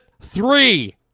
three